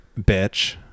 Bitch